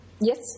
yes